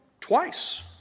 twice